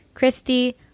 christy